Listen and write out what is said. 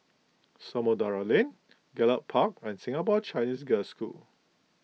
Samudera Lane Gallop Park and Singapore Chinese Girls' School